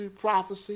prophecy